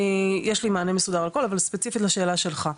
יש לי מענה מסודר והכל אבל ספציפית לשאלה שלך.